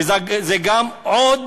ואז זה גם, עוד